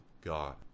God